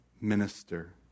minister